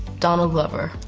donald glover.